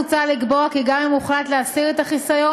מוצע לקבוע כי גם אם הוחלט להסיר את החיסיון,